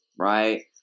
right